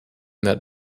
that